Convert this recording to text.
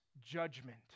judgment